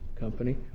company